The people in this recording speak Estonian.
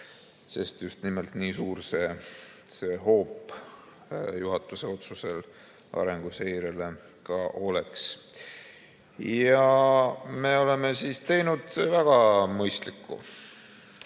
Aga just nimelt nii suur see hoop juhatuse otsusel arenguseirele oleks. Me oleme teinud väga mõistliku